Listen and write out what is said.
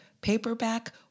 paperback